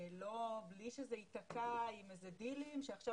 בלי שזה ייתקע עם איזה דילים שעכשיו